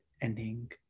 ending